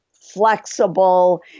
flexible